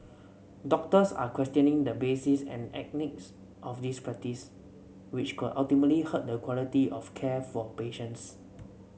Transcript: doctors are questioning the basis and ethics of this practice which could ultimately hurt the quality of care for patients